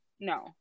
No